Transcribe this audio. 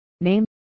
name